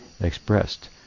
expressed